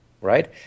right